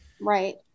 Right